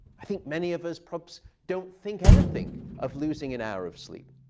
i think many of us perhaps don't think anything of losing an hour of sleep.